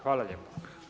Hvala lijepa.